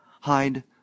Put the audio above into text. hide